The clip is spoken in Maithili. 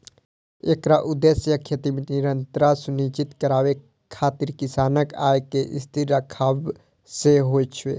एकर उद्देश्य खेती मे निरंतरता सुनिश्चित करै खातिर किसानक आय कें स्थिर राखब सेहो छै